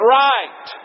right